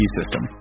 system